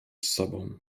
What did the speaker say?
sobą